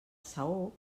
saó